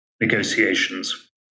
negotiations